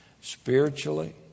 spiritually